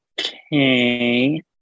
Okay